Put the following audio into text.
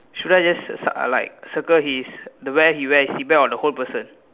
should I just cir~ uh like circle his the wear he wear the back or the whole person